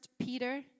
Peter